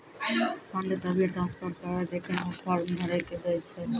fund तभिये transfer करऽ जेखन ऊ फॉर्म भरऽ के दै छै